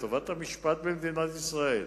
לטובת המשפט במדינת ישראל,